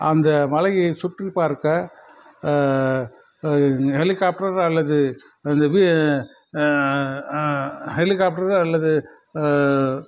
அந்த மலையை சுற்றிப்பார்க்க ஹெலிகாப்டர் அல்லது ஹெலிகாப்டர் அல்லது